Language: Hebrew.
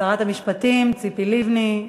שרת המשפטים ציפי לבני,